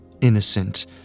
innocent